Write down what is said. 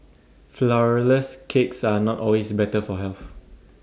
Flourless Cakes are not always better for health